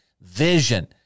vision